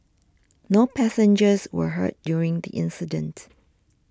no passengers were hurt during the incident